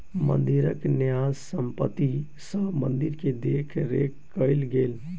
मंदिरक न्यास संपत्ति सॅ मंदिर के देख रेख कएल गेल